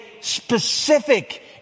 specific